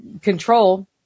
control